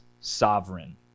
sovereign